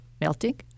melting